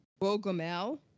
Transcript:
Bogomel